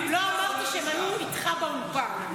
לא אמרתי שהם היו איתך באולפן.